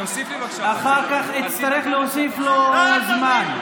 אחר כך נצטרך להוסיף לו עוד זמן.